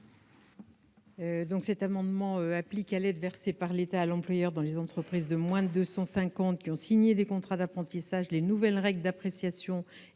? Cet amendement tend à appliquer, à l'aide versée par l'État à l'employeur dans les entreprises de moins de 250 salariés qui ont signé des contrats d'apprentissage, les nouvelles règles d'appréciation et